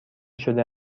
شده